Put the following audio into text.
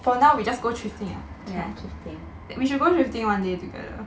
ya thrifting